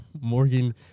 Morgan